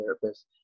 therapist